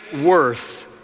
worth